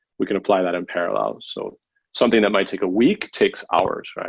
we can apply that in parallel. so something that might take a week takes hours,